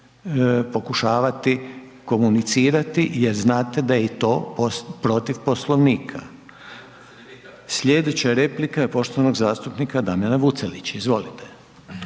pokušavati komunicirati jer znate da je i to protiv Poslovnika. Slijedeća replika je poštovanog zastupnika Damjana Vucdlića, izvolite.